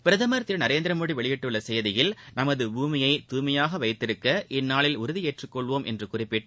பிரதம் திரு நரேந்திரமோடி வெளியிட்டுள்ள செய்தியில் நமது பூமியை தூய்மையாக வைத்திருக்க இந்நாளில் உறுதியேற்றுக் கொள்வோம் என்று குறிப்பிட்டு